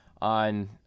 on